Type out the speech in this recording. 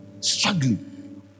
Struggling